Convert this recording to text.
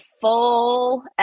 full